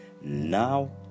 now